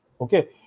Okay